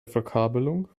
verkabelung